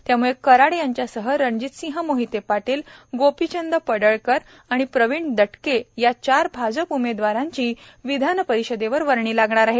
त्यामुळे कराड यांच्यासह रणजितसिंह मोहिते पाटील गोपीचंद पडळकर आणि प्रवीण दटके या चार भाजप उमेदवारांची विधान परिषदेवर वर्णी लागणार आहे